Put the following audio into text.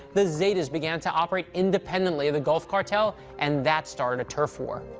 the zetas began to operate independently of the gulf cartel, and that started a turf war.